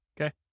Okay